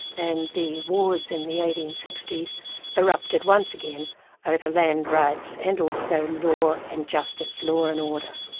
and the wars in the eighteen sixty s erupted once again over land rights and also law and justice, law and order.